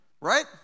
Right